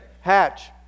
Hatch